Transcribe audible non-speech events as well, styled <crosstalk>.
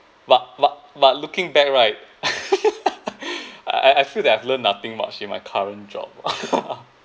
but but but looking back right <laughs> I I feel that I've learnt nothing much in my current job <laughs>